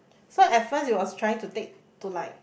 so at first it was trying to take to like